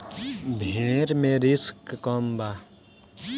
भेड़ मे रिस्क कम बा